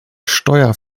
steuer